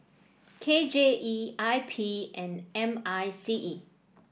K J E I P and M I C E